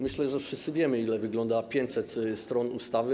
Myślę, że wszyscy wiemy, jak wygląda 500 stron ustawy.